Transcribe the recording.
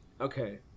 Okay